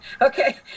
Okay